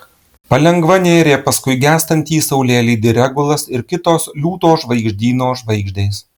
palengva nėrė paskui gęstantį saulėlydį regulas ir kitos liūto žvaigždyno žvaigždės